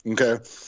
Okay